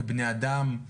כבני אדם,